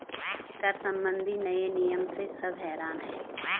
कर संबंधी नए नियम से सब हैरान हैं